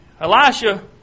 Elisha